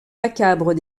macabre